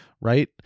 Right